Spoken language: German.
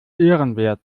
ehrenwert